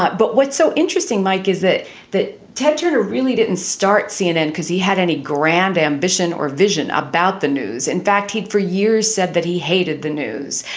but but what's so interesting, mike, is that that ted turner really didn't start cnn because he had any grand ambition or vision about the news. in fact, he for years said that he hated the news.